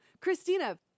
Christina